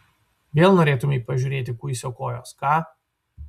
vėl norėtumei pažiūrėti kuisio kojos ką